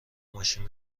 ماشین